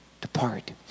depart